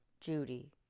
judy